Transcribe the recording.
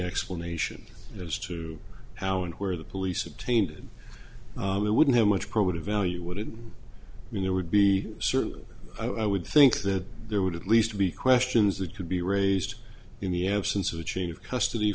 explanation as to how and where the police obtained it wouldn't have much probative value would it mean there would be certain i would think that there would at least be questions that could be raised in the absence of the chain of custody